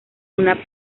una